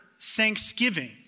Thanksgiving